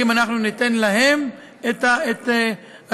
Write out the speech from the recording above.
האם ניתן להם סיוע,